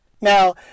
Now